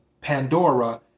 Pandora